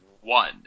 one